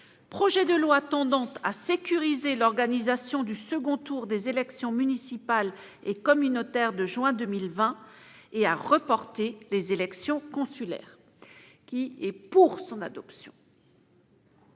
Projet de loi tendant à sécuriser l'organisation du second tour des élections municipales et communautaires de juin 2020 et à reporter les élections consulaires. » Voici quel sera